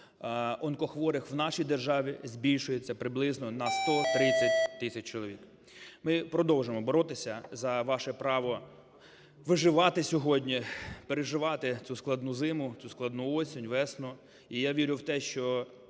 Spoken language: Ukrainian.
онкохворих в нашій державі збільшується приблизно на 130 тисяч чоловік. Ми продовжимо боротися за ваше право виживати сьогодні, переживати цю складну зиму, цю складну осінь, весну. І я вірю в те, що